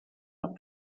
out